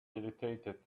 irritated